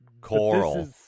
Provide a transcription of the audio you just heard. coral